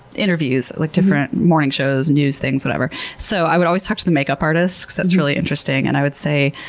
interviews, like different morning shows, news things, whatever. so i would always talk to the makeup artists because that's really interesting. and i would say,